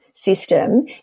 system